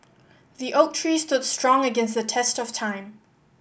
the oak tree stood strong against the test of time